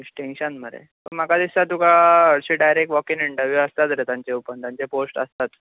distinction मरे सो म्हाका दिसतां हरशी तुका डायरेक्ट वॉक इन इंटरव्यू आसता तांचे ओपन तांचे पोस्ट आसतात